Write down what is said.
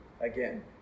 again